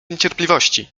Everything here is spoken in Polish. niecierpliwości